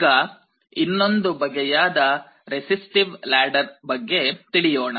ಈಗ ಇನ್ನೊಂದು ಬಗೆಯಾದ ರೆಸಿಸ್ಟಿವ್ ಲಾಡರ್ ಬಗ್ಗೆ ತಿಳಿಯೋಣ